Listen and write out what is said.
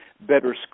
better